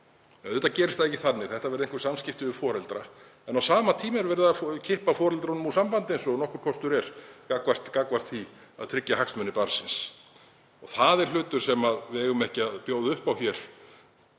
Auðvitað gerist það ekki þannig. Þetta verða einhver samskipti við foreldra en á sama tíma er verið að kippa foreldrunum úr sambandi eins og nokkur kostur er gagnvart því að tryggja hagsmuni barnsins. Það er hlutur sem við eigum ekki að bjóða upp á að